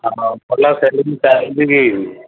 ଭଲ ସେଲିଙ୍ଗ୍ ଚାଲିଛି କି